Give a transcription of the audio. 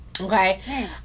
Okay